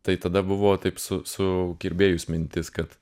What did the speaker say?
tai tada buvo taip su sukirbėjus mintis kad